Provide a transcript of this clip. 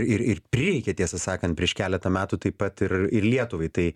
ir ir prireikė tiesą sakan prieš keletą metų taip pat ir ir lietuvai tai